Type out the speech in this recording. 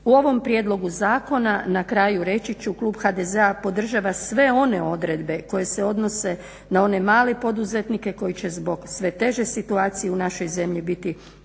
U ovom prijedlogu zakona na kraju reći ću klub HDZ-a podržava sve one odredbe koje se odnose na one male poduzetnike koji će zbog sve teže situacije u našoj zemlji biti